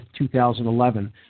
2011